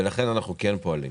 לכן אנחנו כן פועלים.